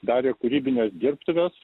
darė kūrybines dirbtuves